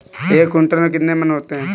एक क्विंटल में कितने मन होते हैं?